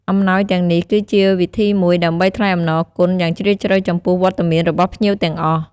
អំណោយទាំងនេះគឺជាវិធីមួយដើម្បីថ្លែងអំណរគុណយ៉ាងជ្រាលជ្រៅចំពោះវត្តមានរបស់ភ្ញៀវទាំងអស់។